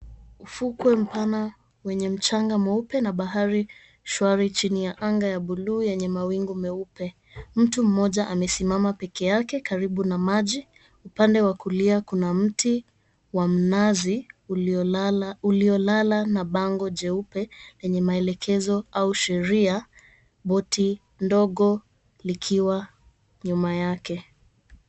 Ufukwe mpana wenye mchanga mweupe na bahari shwari chini ya anga ya blu yenye mawingu meupe, mtu mmoja amesimama peke yake karibu na maji upande wa kulia kuna mti wa mnazi uliolala na bango jeupe lenye maelekezo au sheria, boti ndogo likiwa nyuma yake.